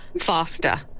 faster